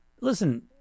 Listen